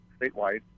statewide